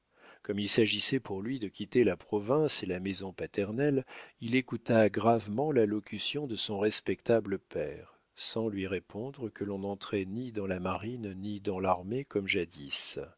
comme il s'agissait pour lui de quitter la province et la maison paternelle il écouta gravement l'allocution de son respectable père sans lui répondre que l'on n'entrait ni dans la marine ni dans l'armée comme jadis